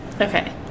Okay